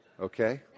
Okay